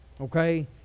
Okay